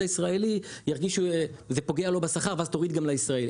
הישראלי ירגיש שזה פוגע לו בשכר ואז תוריד גם לישראלי.